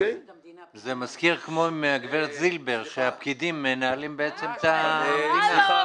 זה מזכיר כמו עם הגברת זילבר שהפקידים מנהלים את ה- -- הלו,